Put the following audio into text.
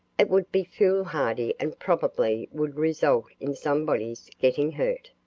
it would be foolhardy and probably would result in somebody's getting hurt.